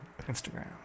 Instagram